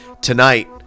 tonight